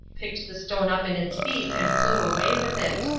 picked the stone up in its beak and flew away with it.